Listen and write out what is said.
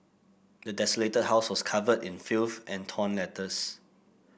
the desolated house was covered in filth and torn letters